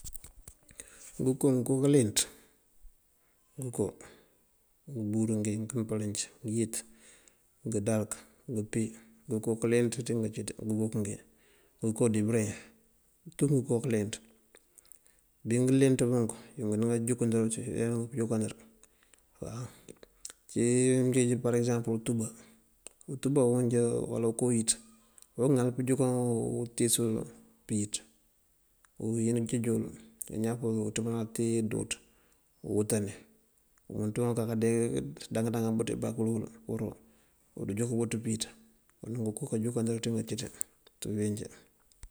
Ngënko, ngënko kánlenţ. Ngënko ngëmbúrú ngí kapëlenţ, ngëyët, ngëndarëk, ngëmpí ngonko káalenţ ţí ngancí ţí, nguguk ngiŋ, ngënko dí bëreŋ tú kapëlenţ. bingëlënţ bunk unkëndí nganjúnkandër dun ajá ngunjúnkandër waw. Uncí par ekësampël untúba, untúba unjáwu uwala unko uwíţ uwo ŋal pënjúnkan utíis wun pëwíţ. Owín unjeej wël añaŋ wul unţëpand tee dúuţ uwëtani umënţun káandaŋ daŋan ibakëlu wël pur ujúnk bëţ pëwíţ. Ngonko kanjúnkandër ţí ngancí ţí, ţí uwínjí.